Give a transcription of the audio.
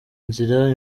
nzira